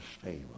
stable